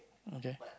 okay